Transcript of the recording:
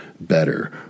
better